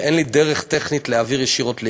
אין לי דרך טכנית להעביר ישירות ל"איגי".